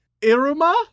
Iruma